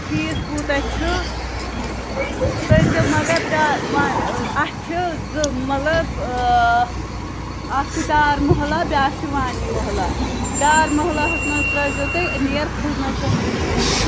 fees کوٗتاہ چھُ کٔرۍ زیٚو مگر ڈا اَتھ چھِ زٕ مطلب اَکھ چھُ ڈار محلہ بیٛاکھ چھُ وانی مُحلہ ڈار محلَس منٛز ترٛٲے زیٚو تُہۍ نیبر خٔدمَت سنٹَر چھُ سُہ